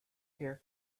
hair